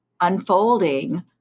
unfolding